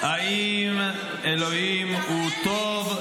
אם אלוהים הוא טוב,